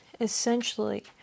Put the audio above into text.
essentially